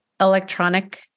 electronic